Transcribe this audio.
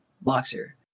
Boxer